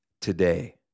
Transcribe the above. today